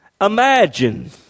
Imagine